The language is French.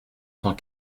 cent